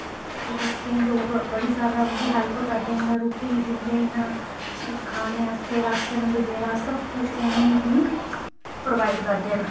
केईं लोग बड़ी जादा उं'दी हेल्प करदे न रुट्टी दिंदे न खानै आस्तै राशन बगैरा कुछ उ'नेंगी प्रोवाईड करदे न